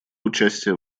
участия